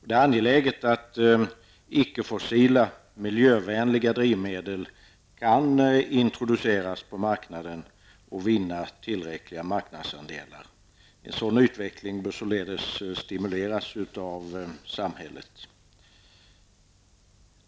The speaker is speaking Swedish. Det är angeläget att icke-fossila miljövänliga drivmedel kan introduceras på marknaden och vinna tillräckliga marknadsandelar. En sådan utveckling bör således stimuleras av samhället.